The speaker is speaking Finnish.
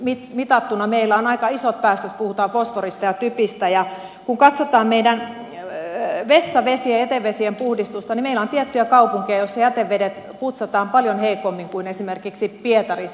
väestömäärään mitattuna meillä on aika isot päästöt puhutaan fosforista ja typestä ja kun katsotaan meidän vessavesiemme ja jätevesiemme puhdistusta niin meillä on tiettyjä kaupunkeja joissa jätevedet putsataan paljon heikommin kuin esimerkiksi pietarissa